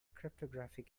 cryptographic